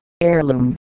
heirloom